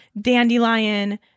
dandelion